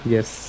Yes